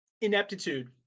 ineptitude